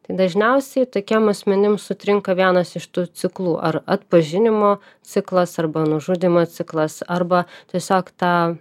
tai dažniausiai tokiem asmenims sutrinka vienas iš tų ciklų ar atpažinimo ciklas arba nužudymo ciklas arba tiesiog ta